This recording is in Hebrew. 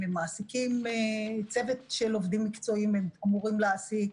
אם הם מעסיקים צוות של עובדים מקצועיים שהם אמורים להעסיק,